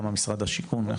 כמה משרד השיכון?